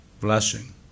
blessing